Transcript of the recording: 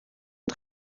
und